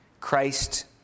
Christ